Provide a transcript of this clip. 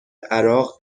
عراق